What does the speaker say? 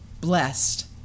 blessed